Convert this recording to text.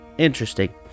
interesting